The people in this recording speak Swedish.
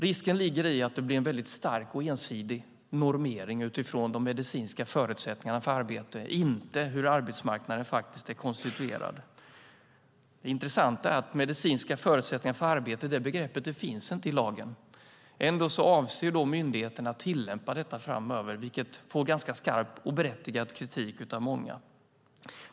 Risken ligger i att det blir en väldigt stark och ensidig normering utifrån de medicinska förutsättningarna för arbete, inte hur arbetsmarknaden faktiskt är konstituerad. Det intressanta är att begreppet "medicinska förutsättningar för arbete" inte finns i lagen. Ändå avser myndigheten att tillämpa detta framöver, vilket får ganska skarp och berättigad kritik av många.